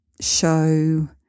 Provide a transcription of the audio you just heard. show